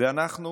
ואנחנו